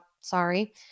sorry